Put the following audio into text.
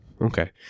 Okay